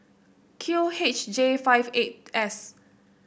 Q H J five eight S